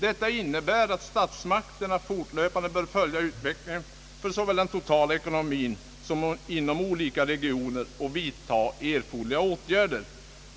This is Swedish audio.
Detta innebär att statsmakterna fortlöpande bör följa utvecklingen för såväl den totala ekonomin som inom olika regioner och vidta erforderliga åtgärder.